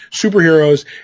superheroes